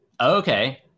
okay